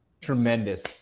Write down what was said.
Tremendous